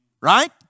Right